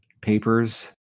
papers